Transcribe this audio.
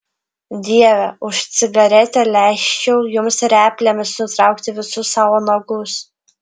dieve už cigaretę leisčiau jums replėmis nutraukti visus savo nagus